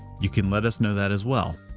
you can let us know that as well.